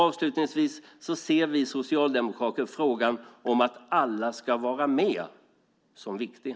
Avslutningsvis ser vi socialdemokrater frågan om att alla ska vara med som viktig.